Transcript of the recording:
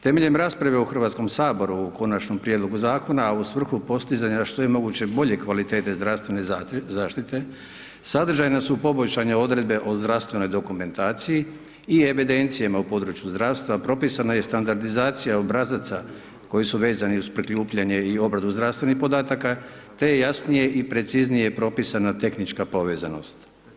Temeljem rasprave u Hrvatskom saboru, o konačnom prijedlogu zakona, a u svrhu postizanja što je moguće bolje kvaliteta zdravstvene zaštite, sadržajne su poboljšane odredbe o zdravstvenoj dokumentaciji i evidencijama u područjima zdravstva, propisana je standardizacija obrazaca, koje su vezane uz prikupljanje i obradu zdravstvenih podataka, te jasnije i preciznije propisana tehnička povezanost.